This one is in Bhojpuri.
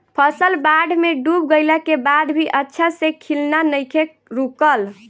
फसल बाढ़ में डूब गइला के बाद भी अच्छा से खिलना नइखे रुकल